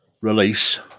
release